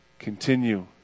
Continue